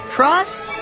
Trust